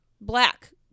black